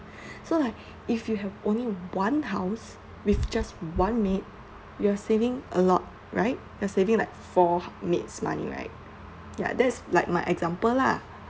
so like if you have only one house with just one maid you are saving a lot right you're saving like four maids money right ya that's like my example lah